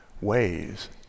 ways